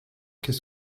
qu’est